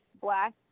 Black